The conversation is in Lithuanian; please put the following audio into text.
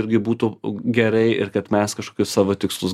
irgi būtų gerai ir kad mes kažkokius savo tikslus